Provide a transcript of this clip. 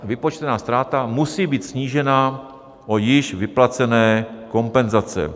Vypočtená ztráta musí být snížena o již vyplacené kompenzace.